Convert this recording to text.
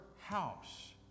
house